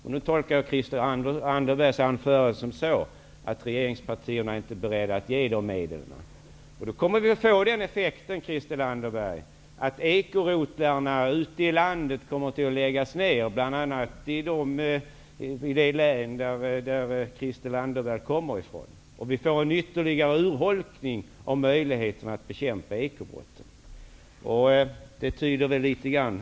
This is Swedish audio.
Jag tolkar Christel Anderbergs anförande så, att regeringspartierna inte är beredda att ge dessa medel. Vi kommer då att få effekten, Christel Anderberg, att ekorotlarna ute i landet kommer att läggas ned, bl.a. i det län som Christel Anderberg kommer ifrån. Vi kommer att få en ytterligare urholkning av möjligheterna att bekämpa ekobrottsligheten.